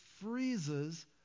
freezes